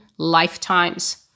lifetimes